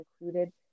included